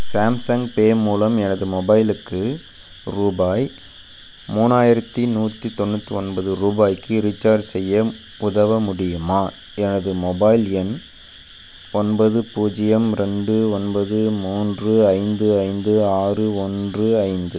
Samsung Pay மூலம் எனது மொபைலுக்கு ரூபாய் மூணாயிரத்தி நூற்றி தொண்ணூற்று ஒன்பது ரூபாய்க்கு ரீசார்ஜ் செய்ய உதவ முடியுமா எனது மொபைல் எண் ஒன்பது பூஜ்ஜியம் ரெண்டு ஒன்பது மூன்று ஐந்து ஐந்து ஆறு ஒன்று ஐந்து